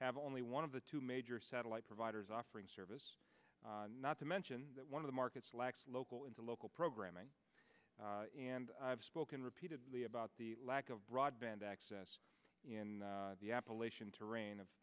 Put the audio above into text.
have only one of the two major satellite providers offering service not to mention that one of the markets lacks local in the local programming and i've spoken repeatedly about the lack of broadband access in the appalachian terrain of